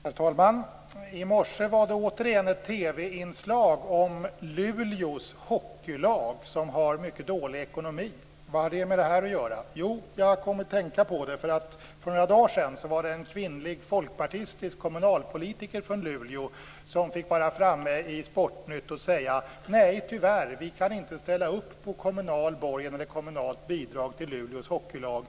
Herr talman! I morse var det återigen ett TV inslag om Luleås hockeylag, som har mycket dålig ekonomi. Vad har det med dagens ämne att göra? Jo, jag kom att tänka på det därför att en kvinnlig folkpartistisk kommunalpolitiker från Luleå för några dagar sedan var framme i Sportnytt och sade att man tyvärr inte kan ställa upp med kommunal borgen eller kommunalt bidrag till Luleås hockeylag.